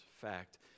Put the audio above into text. fact